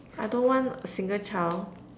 I don't want a single child